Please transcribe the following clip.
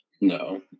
No